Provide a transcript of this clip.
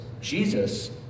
Jesus